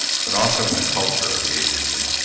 but also in the culture of the agency.